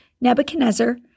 Nebuchadnezzar